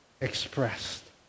expressed